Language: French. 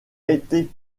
été